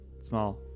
small